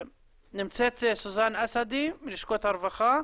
נמצאת סוזן אסזי, לשכת הרווחה.